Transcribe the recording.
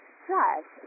stress